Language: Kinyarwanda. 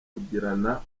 kugirana